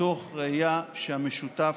מתוך ראייה שהמשותף